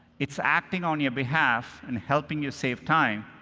it's acting on your behalf and helping you save time,